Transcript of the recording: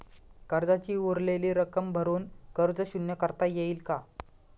कर्जाची उरलेली रक्कम भरून कर्ज शून्य करता येईल का?